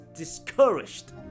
discouraged